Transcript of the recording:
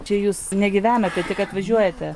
čia jūs negyvenate tik atvažiuojate